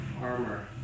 armor